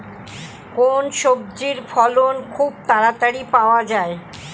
কোন সবজির ফলন খুব তাড়াতাড়ি পাওয়া যায়?